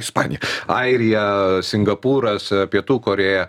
ispanija airija singapūras pietų korėja